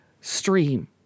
stream